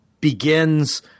begins